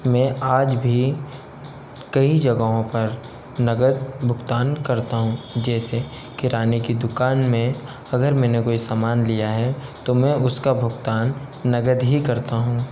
मैं आज भी कई जगहों पर नगद भुगतान करता हूँ जैसे किराने की दुकान में अगर मैंने कोई समान लिया है तो मैं उसका भुगतान नगद ही करता हूँ